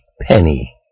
Penny